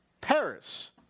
Paris